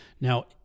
Now